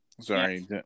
Sorry